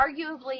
arguably